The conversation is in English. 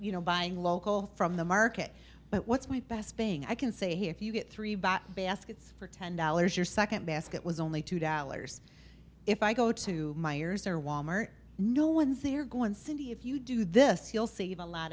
you know buying local from the market but what's my best thing i can say here if you get three bought baskets for ten dollars your second basket was only two dollars if i go to myers or walmart no one's there going city if you do this you'll save a lot